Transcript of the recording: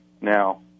Now